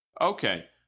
Okay